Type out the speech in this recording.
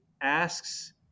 asks